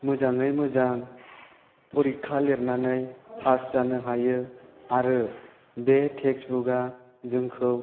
मोजाङै मोजां फरिखा लेरनानै पास जानो हायो आरो बे टेक्स्त बुकआ जोंखौ